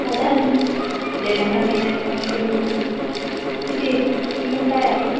साधारण लई लहान बी नाही ना मोठे बी नाही किती किंमत काय आहे